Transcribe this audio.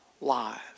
lives